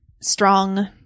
strong